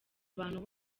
abantu